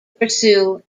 pursue